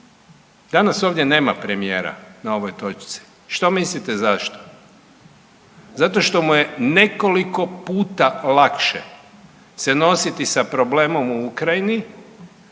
Danas ovdje nema premijer na ovoj točci, što mislite zašto. Zato što mu je nekoliko puta lakše se nositi sa problemom u Ukrajini